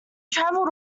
traveled